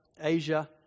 Asia